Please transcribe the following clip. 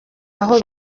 aho